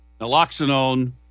naloxone